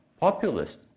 populist